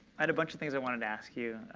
i had a bunch of things i wanted to ask you.